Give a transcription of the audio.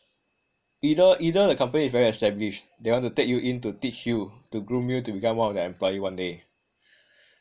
either either the company is very established they want to take you in to teach you to groom you to become one of their employees one day